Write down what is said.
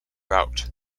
route